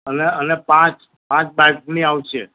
અને અને પાંચ પાંચ બાટની આવશે